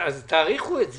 אז תאריכו את זה.